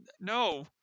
no